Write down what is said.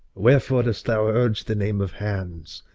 wherefore dost thou urge the name of hands?